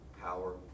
power